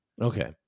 Okay